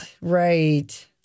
right